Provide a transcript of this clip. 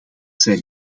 zijn